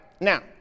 now